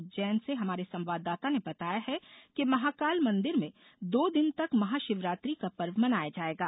उज्जैन से हमारे संवाददाता ने बताया है कि महाकाल मंदिर में दो दिन तक महाशिवरात्रि का पर्व मनाया जायेगा